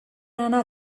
anar